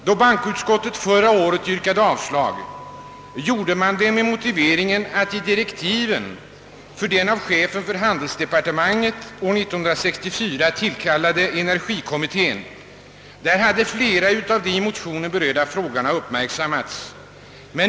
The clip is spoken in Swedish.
Då bankoutskottet förra året yrkade avslag gjordes detta med motiveringen att i direktiven för den av chefen för handelsdepartementet år 1964 tillkallade energikommittén flera av de i motionen berörda frågorna hade uppmärksammats.